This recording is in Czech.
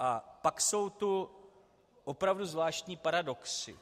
A pak jsou tu opravdu zvláštní paradoxy.